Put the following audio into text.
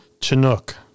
Chinook